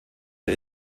der